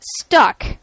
stuck